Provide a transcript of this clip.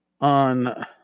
on